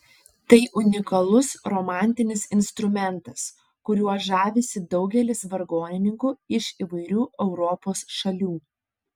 tai unikalus romantinis instrumentas kuriuo žavisi daugelis vargonininkų iš įvairių europos šalių